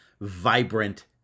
vibrant